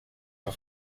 für